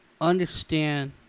understand